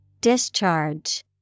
Discharge